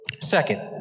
Second